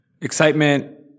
excitement